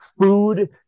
food